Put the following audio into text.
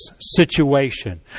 situation